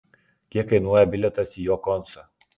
kiek kainuoja bilietas į jo koncą